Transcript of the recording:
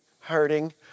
hurting